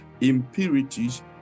impurities